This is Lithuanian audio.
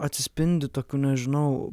atsispindi tokiu nežinau